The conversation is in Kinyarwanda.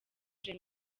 gen